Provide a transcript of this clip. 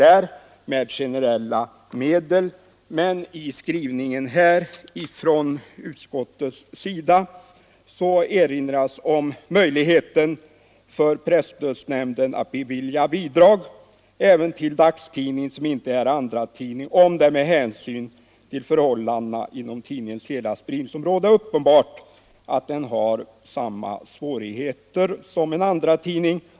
I sitt betänkande erinrar emellertid utskottet om möjiligheten för presstödsnämnden att bevilja bidrag även till dagstidning som inte är andratidning, om det med hänsyn till förhållandena inom tidningens hela spridningsområde är uppenbart att den har samma svårigheter som en andratidning.